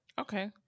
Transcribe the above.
Okay